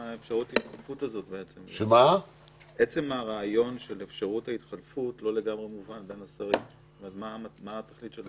עצם הרעיון של אפשרות ההתחלפות לא לגמרי מובן למה צריך?